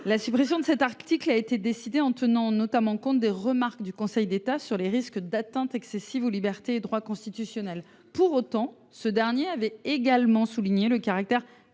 La suppression de cet article a été décidée en tenant notamment compte des remarques du Conseil d’État sur les risques d’atteinte excessive aux libertés et aux droits constitutionnels. Celui ci avait également souligné que « la